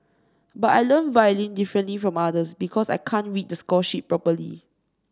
but I learn violin differently from others because I can't read the score sheet properly